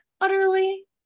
Utterly